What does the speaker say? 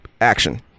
action